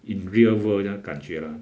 in real world 这样感觉 lah